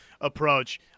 approach